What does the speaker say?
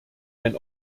ein